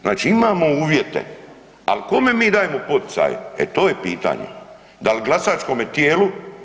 Znači imamo uvjete, al kome mi dajemo poticaje, e to je pitanje, dal glasačkome tijelu?